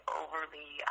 overly